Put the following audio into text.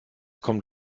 kommt